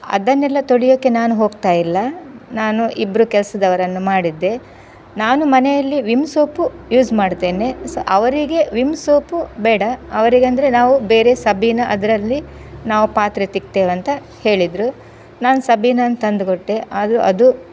ಅದನ್ನೆಲ್ಲ ತೊಳಿಯೋಕ್ಕೆ ನಾನು ಹೋಗ್ತಾ ಇಲ್ಲ ನಾನು ಇಬ್ಬರು ಕೆಲಸದವರನ್ನು ಮಾಡಿದ್ದೆ ನಾನು ಮನೆಯಲ್ಲಿ ವಿಮ್ ಸೋಪು ಯೂಸ್ ಮಾಡ್ತೇನೆ ಸೊ ಅವರಿಗೆ ವಿಮ್ ಸೋಪು ಬೇಡ ಅವರಿಗೆ ಅಂದರೆ ನಾವು ಬೇರೆ ಸಬೀನಾ ಅದರಲ್ಲಿ ನಾವು ಪಾತ್ರೆ ತಿಕ್ತೇವಂತ ಹೇಳಿದರು ನಾನು ಸಬೀನನ ತಂದು ಕೊಟ್ಟೆ ಅದು ಅದು